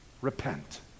Repent